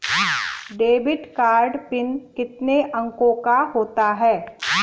Debit card PIN कितने अंकों का होता है?